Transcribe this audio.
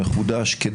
מחודש,